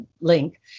link